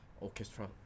orchestra